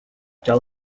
tell